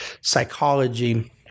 psychology